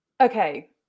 Okay